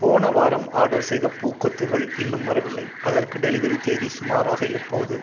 போன வாரம் ஆர்டர் செய்த பூங்கொத்துகள் இன்னும் வரவில்லை அதற்கு டெலிவரி தேதி சுமாராக எப்போது